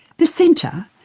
the centre,